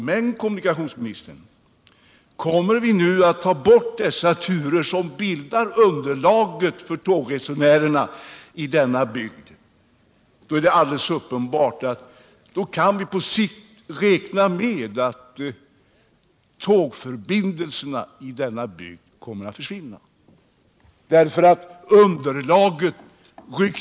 Tar man nu bort en del av turerna är det uppenbart att en del av underlaget för tågtrafiken i denna bygd kommer att försvinna. Därmed kan man på sikt räkna med att tågförbindelserna i denna bygd kommer att försvinna.